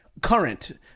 Current